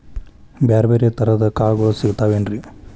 ಬ್ಯಾರೆ ಬ್ಯಾರೆ ತರದ್ ಕಾಳಗೊಳು ಸಿಗತಾವೇನ್ರಿ?